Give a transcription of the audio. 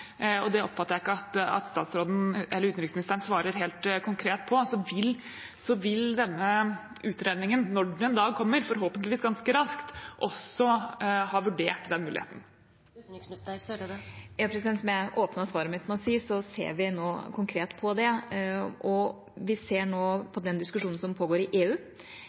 og det oppfatter jeg ikke at utenriksministeren svarer helt konkret på. Vil denne utredningen – når den da kommer, forhåpentligvis ganske raskt – også ha med en vurdering av den muligheten? Som jeg åpnet svaret mitt med å si, ser vi nå konkret på det. Vi ser nå på den diskusjonen som pågår i EU.